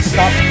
Stop